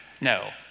No